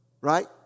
right